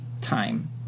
time